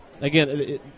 again